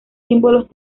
símbolos